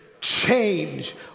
change